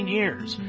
years